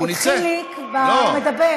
מתי חיליק מדבר.